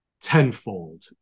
tenfold